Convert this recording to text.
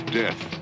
death